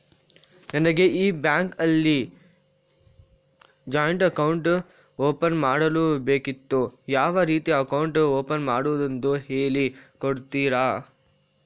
ನನಗೆ ಈ ಬ್ಯಾಂಕ್ ಅಲ್ಲಿ ಜಾಯಿಂಟ್ ಅಕೌಂಟ್ ಓಪನ್ ಮಾಡಲು ಬೇಕಿತ್ತು, ಯಾವ ರೀತಿ ಅಕೌಂಟ್ ಓಪನ್ ಮಾಡುದೆಂದು ಹೇಳಿ ಕೊಡುತ್ತೀರಾ?